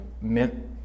meant